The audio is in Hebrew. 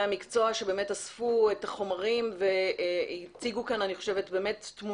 המקצוע שבאמת אספו את החומרים והציגו כאן תמונה